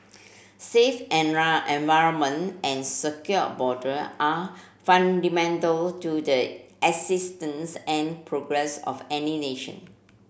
safe environment and secure border are fundamental to the existence and progress of any nation